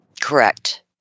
Correct